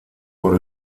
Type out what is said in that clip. por